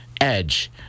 edge